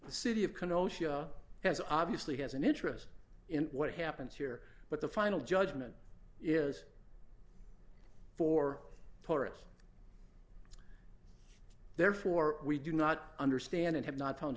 the city of can osha has obviously has an interest in what happens here but the final judgment is for tourists therefore we do not understand and have not found a